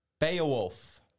Beowulf